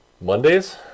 Mondays